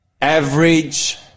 average